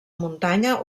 muntanya